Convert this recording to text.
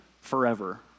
forever